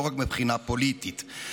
לא רק מבחינה פוליטית.